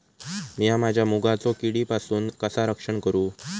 मीया माझ्या मुगाचा किडीपासून कसा रक्षण करू?